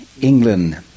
England